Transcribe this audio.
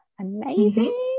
amazing